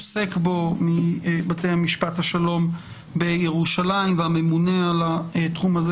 מבתי המשפט השלום בירושלים והממונה על התחום הזה